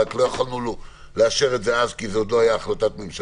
רק לא יכולנו לאשר את זה כי זה עוד לא היה החלטת ממשלה.